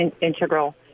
integral